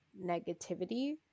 negativity